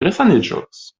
resaniĝos